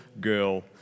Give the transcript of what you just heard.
girl